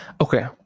Okay